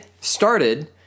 started